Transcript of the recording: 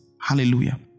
Hallelujah